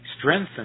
strengthen